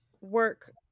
Work